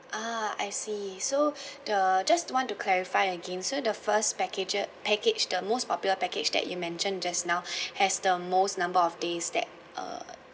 ah I see so the just to want to clarify again so the first packages package the most popular package that you mentioned just now has the most number of days that uh